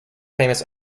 famous